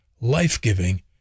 life-giving